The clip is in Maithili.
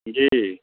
जी